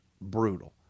brutal